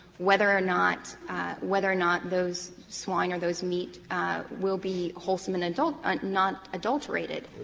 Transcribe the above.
whether or not whether or not those swine or those meat will be wholesome and and and not adulterated.